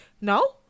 No